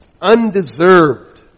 undeserved